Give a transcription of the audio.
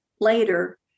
later